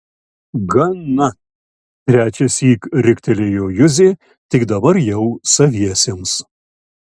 gana trečiąsyk riktelėjo juzė tik dabar jau saviesiems